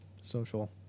social